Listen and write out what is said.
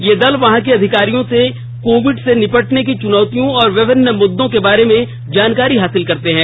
ये दल वहां के अधिकारियों से कोविड से निपटने की चुनौतियों और विभिन्नव मुद्दों के बारे में जानकारी हासिल करते हैं